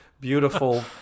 beautiful